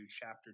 chapter